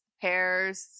pears